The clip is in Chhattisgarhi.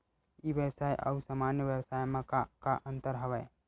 ई व्यवसाय आऊ सामान्य व्यवसाय म का का अंतर हवय?